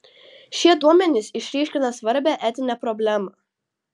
šie duomenys išryškina svarbią etinę problemą